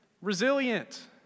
resilient